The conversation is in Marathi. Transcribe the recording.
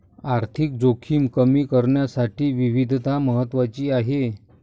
आर्थिक जोखीम कमी करण्यासाठी विविधता महत्वाची आहे